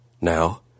Now